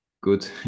good